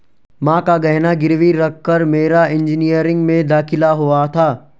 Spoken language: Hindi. मां का गहना गिरवी रखकर मेरा इंजीनियरिंग में दाखिला हुआ था